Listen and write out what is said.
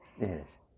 Yes